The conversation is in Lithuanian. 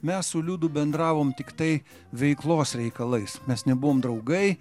mes su liudu bendravom tiktai veiklos reikalais mes nebuvom draugai